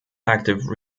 active